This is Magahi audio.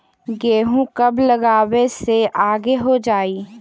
गेहूं कब लगावे से आगे हो जाई?